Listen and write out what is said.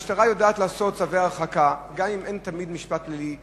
המשטרה יודעת לעשות צווי הרחקה גם אם אין תמיד משפט פלילי,